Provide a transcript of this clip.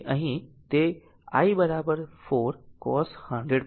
તેથી અહીં તે i 4 cos100πt છે